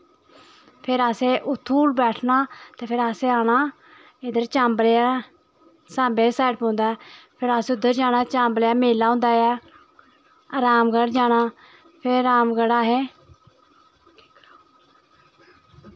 फिर असें उत्थूं बैठना ते फिर असें आना चाम्बले सांबे आह्ली साईड पौंदा उ'ऐ फिर असें उद्धर जाना चांबलै मेला होंदा ऐ रामगढ़ जाना रामगढ़ा असें